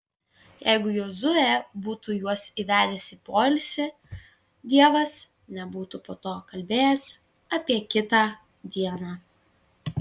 jeigu jozuė būtų juos įvedęs į poilsį dievas nebūtų po to kalbėjęs apie kitą dieną